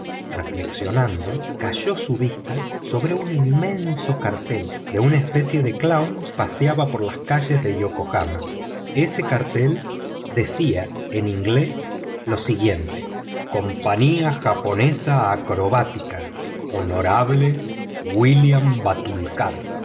reflexionando cayó su vista sobre un inmenso cartel que una especie de clown paseaba por las calles de yokohama ese cartel decía en inglés lo siguiente los estados unidos exclamó picaporte